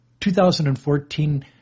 2014